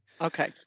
Okay